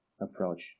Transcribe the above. approach